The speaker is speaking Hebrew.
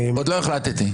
עוד לא החלטתי.